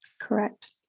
Correct